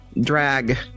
drag